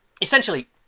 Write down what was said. Essentially